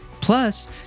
Plus